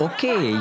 Okay